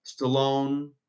Stallone